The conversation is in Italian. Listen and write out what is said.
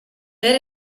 per